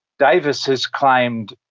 davis has claimed,